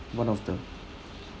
one of the